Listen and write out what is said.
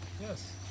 Yes